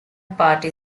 party